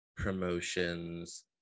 promotions